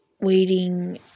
Waiting